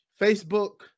Facebook